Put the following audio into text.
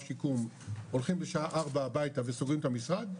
שיקום הולכים בשעה ארבע הביתה וסוגרים את המשרד,